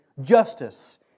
justice